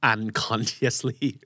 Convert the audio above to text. Unconsciously